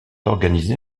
organisés